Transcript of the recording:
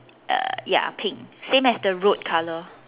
uh ya pink same as the road color